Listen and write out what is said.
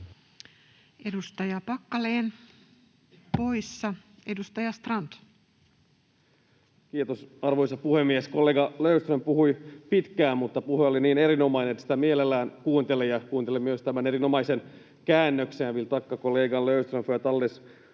muuttamisesta Time: 21:32 Content: Kiitos, arvoisa puhemies! Kollega Löfström puhui pitkään, mutta puhe oli niin erinomainen, että sitä mielellään kuunteli, ja kuunteli myös tämän erinomaisen käännöksen.